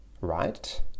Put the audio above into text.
right